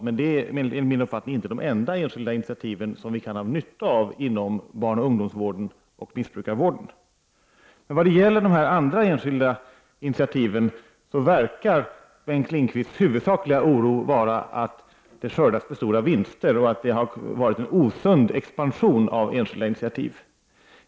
Men enligt min uppfattning är de inte de enda enskilda initiativ som vi har nytta av inom barnoch ungdomsvården och missbrukarvården. När det gäller de andra enskilda initiativen, verkar Bengt Lindqvists huvudsakliga oro vara att det skördas för stora vinster och att det har varit en osund expansion av enskilda initiativ.